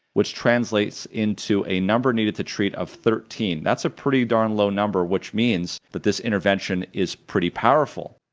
which translates into a number needed to treat of thirteen. that's a pretty darn low number, which means that this intervention is pretty powerful,